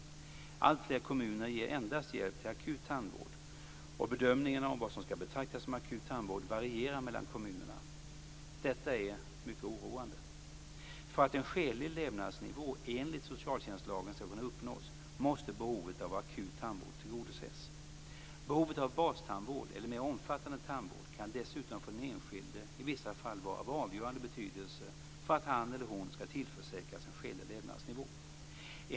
Alltfler kommuner ger endast hjälp till akut tandvård, och bedömningen av vad som skall betraktas som akut tandvård varierar mellan kommunerna. Detta är mycket oroande. För att en skälig levnadsnivå enligt socialtjänstlagen skall kunna uppnås måste behovet av akut tandvård tillgodoses. Behovet av bastandvård eller mer omfattande tandvård kan dessutom för den enskilde i vissa fall vara av avgörande betydelse för att han eller hon skall tillförsäkras en skälig levnadsnivå.